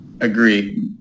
agree